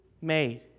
made